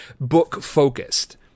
book-focused